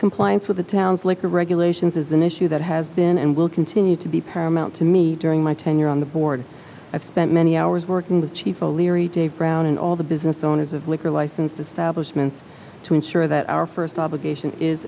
compliance with the town's liquor regulations is an issue that has been and will continue to be paramount to me during my tenure on the board i've spent many hours working with chief o'leary dave brown and all the business owners of liquor license to stablish mintz to ensure that our first obligation is